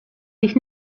sich